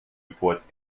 reports